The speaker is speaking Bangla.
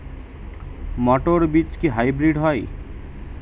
মটর বীজ কি হাইব্রিড হয়?